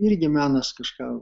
irgi menas kažką